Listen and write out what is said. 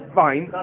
fine